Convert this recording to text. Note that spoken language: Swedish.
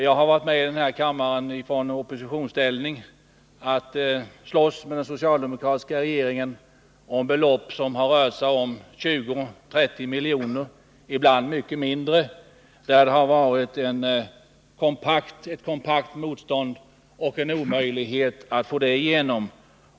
Jag har varit med i denna kammare i oppositionsställning och slagits mot den socialdemokratiska regeringen om belopp som har rört sig om 20-30 milj.kr., ibland mycket mindre belopp. Det har varit ett kompakt motstånd och omöjligt att få igenom förslagen.